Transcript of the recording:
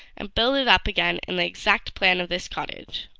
and build it up again in the exact plan of this cottage.